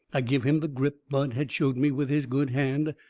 i give him the grip bud had showed me with his good hand.